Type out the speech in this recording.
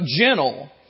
gentle